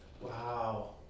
Wow